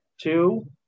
two